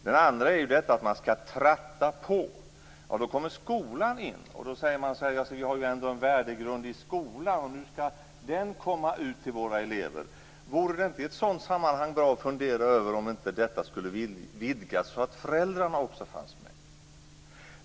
Sedan har vi detta med att tratta på. Då kommer skolan in i bilden. Man säger: Vi har ju ändå en värdegrund i skolan. Nu skall den komma ut till våra elever. Vore det inte i ett sådant sammanhang bra att fundera över om inte detta skulle vidgas så att föräldrarna också fanns med?